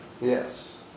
Yes